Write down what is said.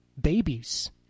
babies